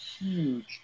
huge